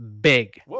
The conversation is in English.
big